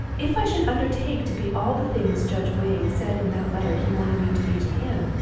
if i should undertake to be all the things judge wade said in that letter he wanted me to be to him,